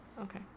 Okay